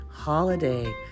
Holiday